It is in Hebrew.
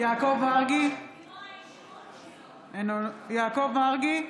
(קוראת בשם חבר הכנסת) יעקב מרגי,